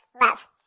love